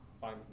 fine